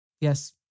Yes